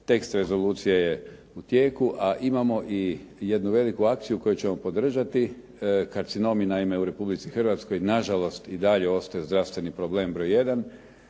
Tekst rezolucije je u tijeku, a imamo i jednu veliku akciju koju ćemo podržati. Karcinomi naime u Republici Hrvatskoj na žalost i dalje ostaju zdravstveni problem broj